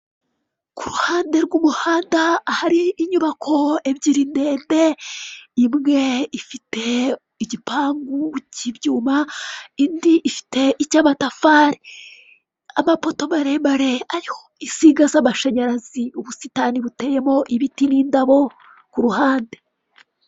Kuruhande rw'umuhanda ahari inyubako ebyiri ndende imwe ifite igipangu cy'ibyuma indi ifite icyamatafari amapoto maremare ariho insinga z'amashanyarazi ubusitani buteyemo ibiti nindabo kuruhande.